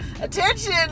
attention